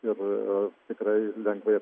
ir tikrai lengvai